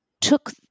took